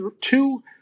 two